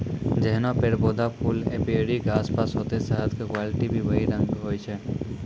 जैहनो पेड़, पौधा, फूल एपीयरी के आसपास होतै शहद के क्वालिटी भी वही रंग होय छै